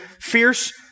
fierce